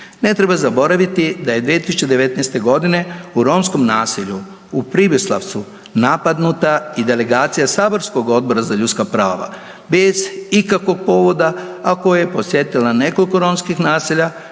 Ne treba zaboraviti da je 2019. godine u romskom naselju u Pribislavcu napadnuta i delegacija saborskog odbora za ljudska prava bez ikakvog povoda, a koja je posjetila nekoliko romskih naselja